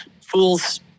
fools